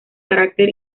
carácter